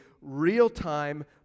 real-time